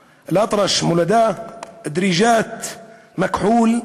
אלאטרש, מולדה, דריג'את, מכחול,